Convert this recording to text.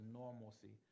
normalcy